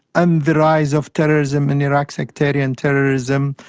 and the rise of terrorism in iraq, sectarian terrorism,